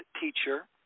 teacher